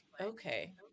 okay